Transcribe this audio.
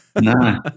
no